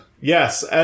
Yes